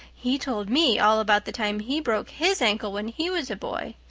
he told me all about the time he broke his ankle when he was a boy.